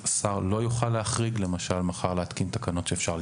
והאפשרות לתת הקלות היא בהתייחס